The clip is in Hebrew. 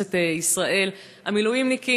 בכנסת ישראל: המילואימניקים,